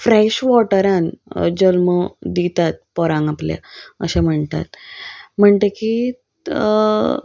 fresh वॉटरान जल्म दितात पोरांक आपल्या अशें म्हणटात म्हणटकीत